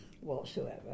whatsoever